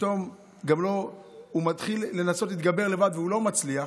הוא מתחיל לנסות להתגבר לבד והוא לא מצליח,